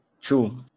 True